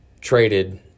traded